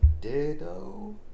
Dido